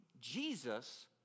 Jesus